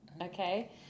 okay